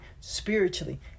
spiritually